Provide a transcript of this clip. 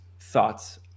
thoughts